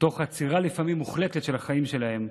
תוך עצירה, לפעמים מוחלטת, של החיים שלהם.